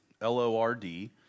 L-O-R-D